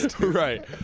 Right